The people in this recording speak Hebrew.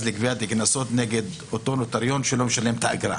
לגביית קנסות נגד אותו נוטריון שלא משלם את האגרה,